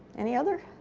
any other?